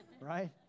right